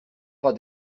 pas